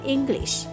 English